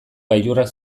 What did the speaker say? gailurrak